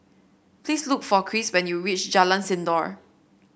please look for Cris when you reach Jalan Sindor